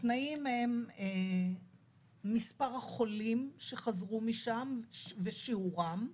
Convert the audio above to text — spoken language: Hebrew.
התנאים הם מספר החולים שחזרו משם ושיעורם,